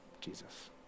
Jesus